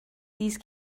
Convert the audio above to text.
these